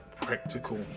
practical